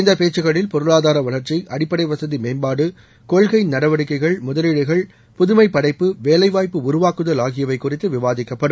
இந்த பேச்சுக்களில் பொருளாதார வளர்ச்சி கட்டுமான வசதி மேம்பாடு கொள்கை நடவடிக்கைகள் முதலீடுகள் புதுமை படைப்பு வேலைவாய்ப்பு உருவாக்குதல் ஆகியவை குறித்து விவாதிக்கப்படும்